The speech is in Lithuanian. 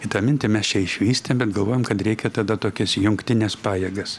i tą mintį mes čia išvystėm bet galvojom kad reikia tada tokias jungtines pajėgas